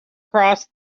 crossed